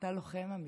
אתה לוחם אמיתי,